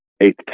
eight